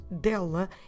dela